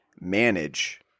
manage